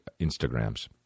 Instagrams